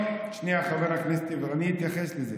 שנייה, חבר הכנסת יברקן, אני אתייחס לזה.